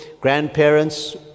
grandparents